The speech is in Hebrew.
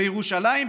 בירושלים,